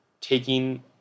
taking